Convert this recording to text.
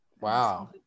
Wow